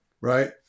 Right